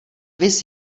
viz